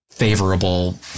favorable